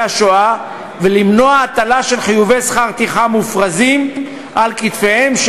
השואה ולמנוע הטלה של חיובי שכר טרחה מופרזים על כתפיהם.